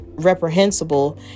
reprehensible